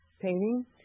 painting